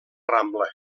rambla